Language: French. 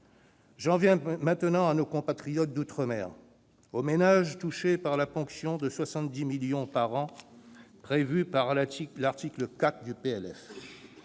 J'en viens maintenant à nos compatriotes d'outre-mer, aux ménages touchés par la ponction de 70 millions d'euros par an prévue à l'article 4 du